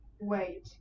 wait